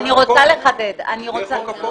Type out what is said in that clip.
בנושא מכרזי התשתית